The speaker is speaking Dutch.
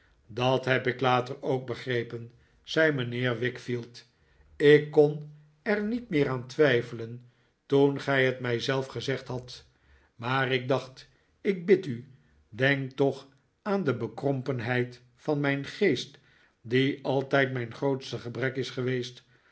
dat heb ik later ook begrepen zei mijnheer wickfield ik kon er niet meer aan twijfelen toen gij het mij zelf gezegd hadt maar ik dacht ik bid u denk toch aan de bekrompenheid van mijn geest die altijd mijn grootste gebrek is geweest